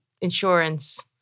insurance